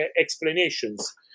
explanations